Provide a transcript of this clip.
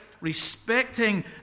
respecting